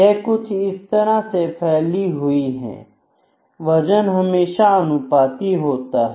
यह कुछ इस तरह फैली हुई है वजन हमेशा अनुपाती होता है